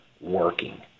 working